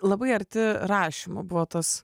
labai arti rašymo buvo tas